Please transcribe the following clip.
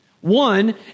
One